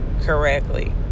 correctly